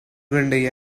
windy